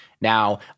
Now